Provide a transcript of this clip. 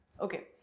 okay